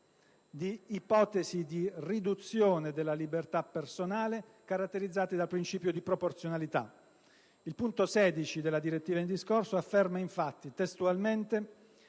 di ipotesi di riduzione della libertà personale caratterizzate dal principio di proporzionalità. Il punto 16 dei considerando della direttiva in discorso afferma infatti testualmente